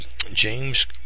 James